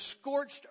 scorched